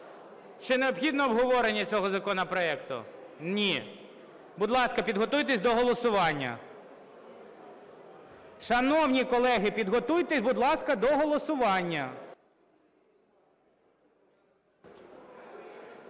Чи необхідно обговорення цього законопроекту? Ні. Будь ласка, підготуйтесь до голосування. Шановні колеги, підготуйтесь, будь ласка, до голосування!